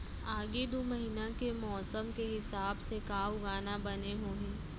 आगे दू महीना के मौसम के हिसाब से का उगाना बने होही?